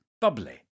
bubbly